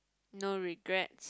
no regrets